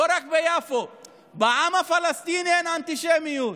ולא רק ביפו, בעם הפלסטיני אין אנטישמיות,